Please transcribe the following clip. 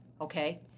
okay